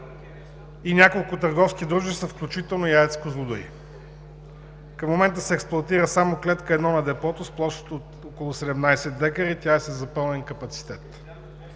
и няколко търговски дружества, включително и АЕЦ „Козлодуй“. Към момента се експлоатира само клетка едно на депото с площ от около 17 дка и тя е със запълнен капацитет.